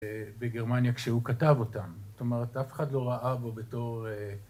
בגרמניה כשהוא כתב אותם. זאת אומרת, אף אחד לא ראה בו בתור...